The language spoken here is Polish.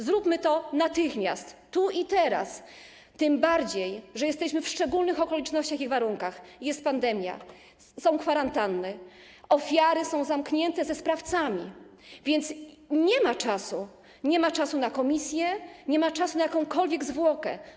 Zróbmy to natychmiast, tu i teraz, tym bardziej że są szczególne okoliczności i warunki: jest pandemia, są kwarantanny, ofiary są zamknięte ze sprawcami, więc nie ma czasu, nie ma czasu na komisje, nie ma czasu na jakąkolwiek zwłokę.